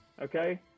okay